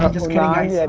ah the sky's and